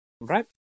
Right